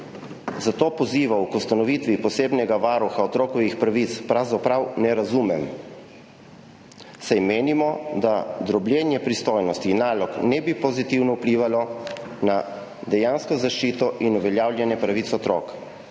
»Zato pozivov k ustanovitvi posebnega varuha otrokovih pravic pravzaprav ne razumem, saj menimo, da drobljenje pristojnosti in nalog ne bi pozitivno vplivalo na dejansko zaščito in uveljavljanje pravic otrok.